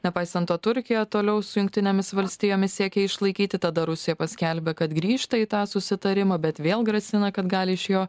nepaisant to turkija toliau su jungtinėmis valstijomis siekė išlaikyti tada rusija paskelbė kad grįžta į tą susitarimą bet vėl grasina kad gali iš jo